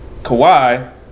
Kawhi